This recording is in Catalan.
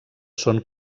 són